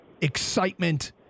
excitement